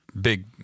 big